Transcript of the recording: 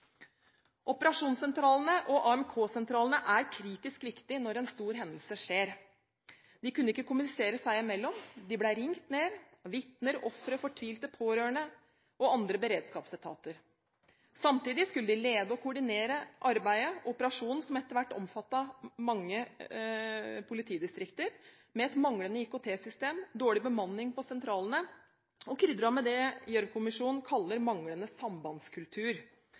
Operasjonssentralene og AMK-sentralene er kritisk viktige når en stor hendelse skjer. De kunne ikke kommunisere seg imellom. De ble ringt ned av vitner, ofre, fortvilte pårørende og andre beredskapsetater. Samtidig skulle de lede og koordinere arbeidet og operasjonen, som etter hvert omfattet mange politidistrikter, med et manglende IKT-system, dårlig bemanning på sentralene – krydret med det Gjørv-kommisjonen kaller manglende sambandskultur.